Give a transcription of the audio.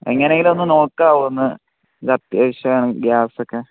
എങ്ങനെയെങ്കിലുമൊന്നു നോക്കാമോ ഒന്ന് ഇതത്യാവശ്യമാണ് ഗ്യാസൊക്കെ